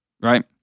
Right